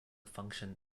function